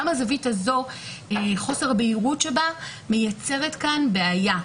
גם מהזווית הזאת חוסר הבהירות שבה מייצרת כאן בעיה,